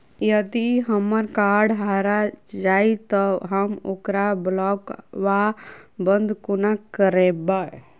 यदि हम्मर कार्ड हरा जाइत तऽ हम ओकरा ब्लॉक वा बंद कोना करेबै?